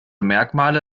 merkmale